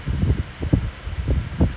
like ஒரு:oru two hours then we can eat